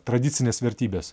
tradicines vertybes